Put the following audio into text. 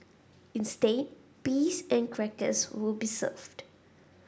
instead peas and crackers will be served